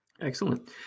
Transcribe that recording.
Excellent